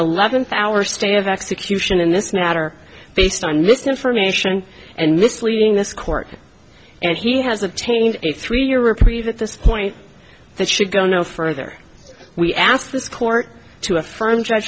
eleventh hour state of execution in this matter based on misinformation and misleading this court and he has obtained a three year reprieve at this point that should go no further we ask this court to a